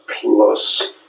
Plus